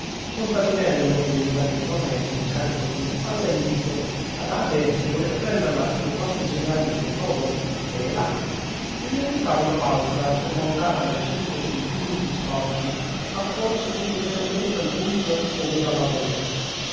contadinello che veniva dietro a me con un carico sulle spalle mi disse badate se volete prenderla io posso insegnarvi il suo covo che è là e mi additava una balza sormontata da cinque o sei pini bistorti a forse cinquecento metri dal punto ov'era la volpe